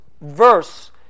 verse